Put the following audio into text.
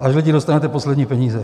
Až z lidí dostanete poslední peníze.